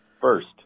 First